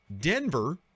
Denver